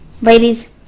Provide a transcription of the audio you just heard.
Ladies